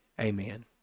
Amen